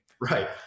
Right